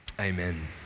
amen